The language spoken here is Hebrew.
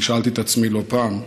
אני שאלתי את עצמי לא פעם.